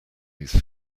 his